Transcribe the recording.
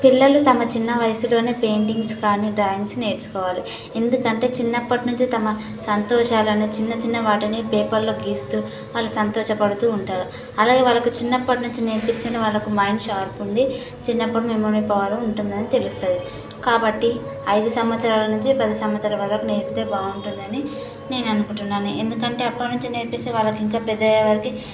పిల్లలు తమ చిన్న వయసులోనే పెయింటింగ్స్ కానీ డ్రాయింగ్స్ నేర్చుకోవాలి ఎందుకంటే చిన్నప్పటినుంచి తమ సంతోషాలను చిన్నచిన్న వాటిని పేపర్లో గీస్తూ వాళ్ళు సంతోషపడుతూ ఉంటారు అలాగే వాళ్ళకి చిన్నప్పటినుంచి నేర్పిస్తేనే వాళ్ళకు మైండ్ షార్ప్ ఉండి చిన్నప్పుడు మెమరీ పవర్ ఉంటుందని తెలుస్తుంది కాబట్టి ఐదు సంవత్సరాల నుంచి పది సంవత్సరాలు వరకు నేర్పితే బాగుంటుందని నేను అనుకుంటున్నాను ఎందుకంటే అప్పటినుంచి నేర్పిస్తే వాళ్ళకి ఇంకా పెద్ద అయ్యేవరకీ